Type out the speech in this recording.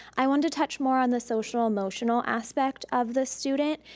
i wanted to touch more on the social emotional aspect of the student.